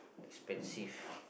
expensive